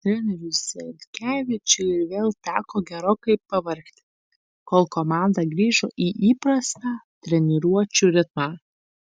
treneriui zelkevičiui ir vėl teko gerokai pavargti kol komanda grįžo į įprastą treniruočių ritmą